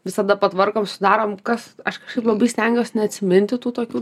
visada patvarkom sudarom kas aš kažkaip labai stengiuosi neatsiminti tų tokių